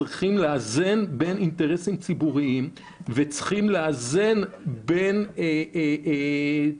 צריכים לאזן בין אינטרסים ציבוריים לבין תצורות